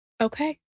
Okay